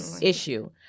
issue